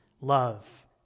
love